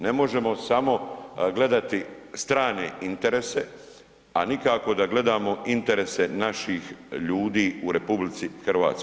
Ne možemo samo gledati strane interese, a nikako da gledamo interese naših ljudi u RH.